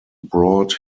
brought